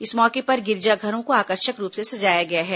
इस मौके पर गिरजाघरों को आकर्षक रूप से सजाया गया है